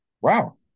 Wow